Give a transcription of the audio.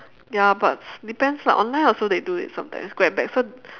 ya but depends lah online also they do it sometimes grab bag so